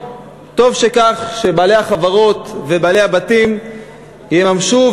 וטוב שבעלי החברות ובעלי הבתים יממשו,